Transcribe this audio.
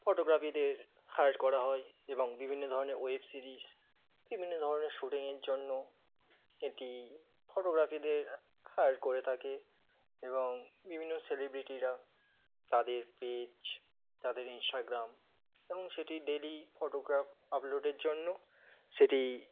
ফটোগ্রাফিদের hire করা হয় এবং বিভিন্ন ধরনের ওয়েব সিরিজ বিভিন্ন ধরনের শুটিংয়ের জন্য এটি ফটোগ্রাফিদের হায়ার করে থাকে এবং বিভিন্ন সেলিব্রিটিরা তাদের পেজ তাদের ইনস্টাগ্রাম এবং সেটি ডেইলি ফটোগ্রাফ আপলোডের জন্য সেটি